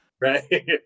Right